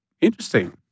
Interesting